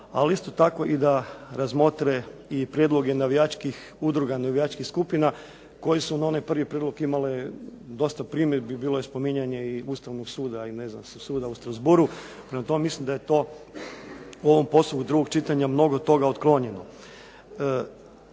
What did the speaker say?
ali isto tako da razmotre i prijedloge navijačkih udruga, navijačkih skupina koje su na ovaj prvi prijedlog imale dosta primjedbi bilo je spominjanje i Ustavnog suda i ne znam suda u Strassborugu. Prema tome mislim da je to u ovom …/Govornik se ne razumije./… mnogo toga otklonjeno.